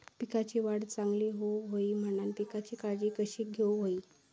पिकाची वाढ चांगली होऊक होई म्हणान पिकाची काळजी कशी घेऊक होई?